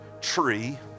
tree